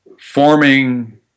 forming